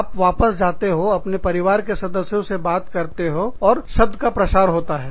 आप वापस जाते हो अपने परिवार के सदस्यों से बात करते हो और शब्द का प्रसार होता है